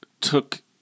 took